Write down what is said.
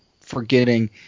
forgetting